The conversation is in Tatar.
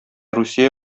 русия